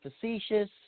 facetious